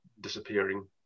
disappearing